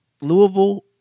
Louisville